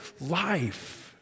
life